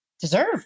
deserve